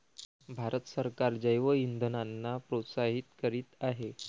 भारत सरकार जैवइंधनांना प्रोत्साहित करीत आहे